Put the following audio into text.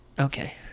Okay